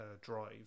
drive